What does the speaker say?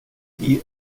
die